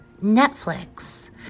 Netflix